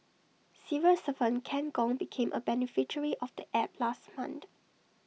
civil servant Ken Gong became A beneficiary of the app last month